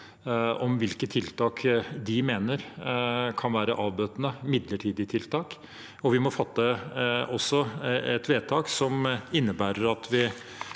om hvilke tiltak de mener kan være avbøtende, midlertidige tiltak. Vi må også fatte et vedtak som innebærer at vi